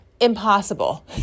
impossible